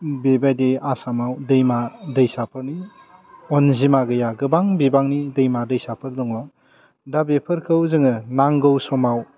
बेबादि आसामाव दैमा दैसाफोरनि अनजिमा गैआ गोबां बिबांनि दैमा दैसाफोर दङ दा बेफोरखौ जोङो नांगौ समाव